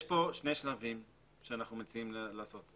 יש כאן שני שלבים שאנחנו מציעים לעשות.